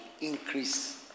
increase